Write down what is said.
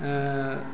ओ